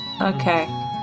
Okay